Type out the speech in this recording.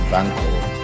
Vancouver